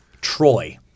Troy